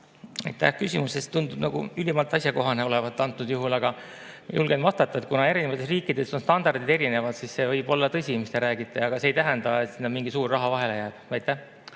küsimuse eest! Tundub nagu ülimalt asjakohane olevat. Aga julgen vastata, et kuna erinevates riikides on standardid erinevad, siis see võib olla tõsi, mis te räägite, aga see ei tähenda, et sinna mingi suur raha vahele jääb.